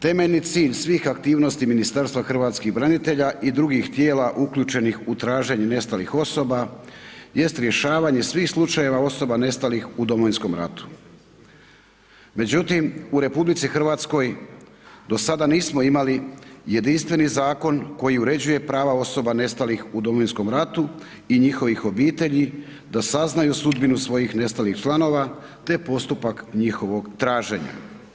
Temeljni cilj svih aktivnosti Ministarstva hrvatskih branitelja i drugih tijela uključenih u traženje nestalih osoba jest rješavanje svih slučajeva osoba nestalih u Domovinskom ratu međutim u RH do sada nismo imali jedinstveni zakon koji uređuje prava osoba nestalih u Domovinskom ratu i njihovih obitelji da saznaju sudbinu svojih nestalih članova te postupak njihovog traženja.